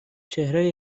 چهره